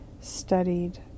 studied